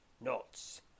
Knots